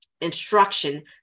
instruction